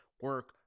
Work